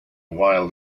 while